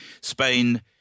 Spain